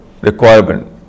requirement